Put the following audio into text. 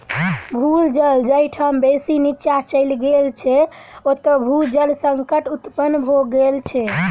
भू जल जाहि ठाम बेसी नीचाँ चलि गेल छै, ओतय भू जल संकट उत्पन्न भ गेल छै